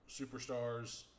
superstars